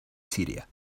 siria